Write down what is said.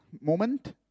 moment